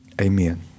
amen